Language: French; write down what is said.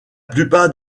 plupart